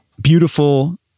beautiful